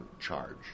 charge